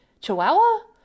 Chihuahua